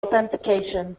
authentication